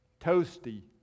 toasty